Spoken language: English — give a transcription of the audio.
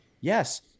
Yes